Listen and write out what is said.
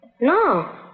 No